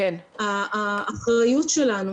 האחריות שלנו